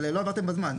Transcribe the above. אבל לא עמדתם בזמן.